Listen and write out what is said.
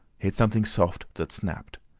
hit something soft that snapped.